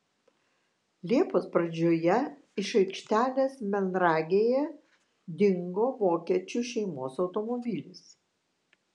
liepos pradžioje iš aikštelės melnragėje dingo vokiečių šeimos automobilis